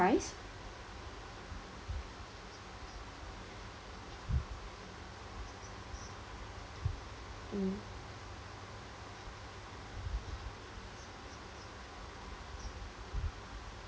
price mm